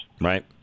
right